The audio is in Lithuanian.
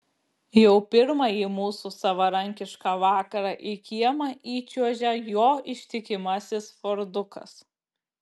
jau pirmąjį mūsų savarankišką vakarą į kiemą įčiuožia jo ištikimasis fordukas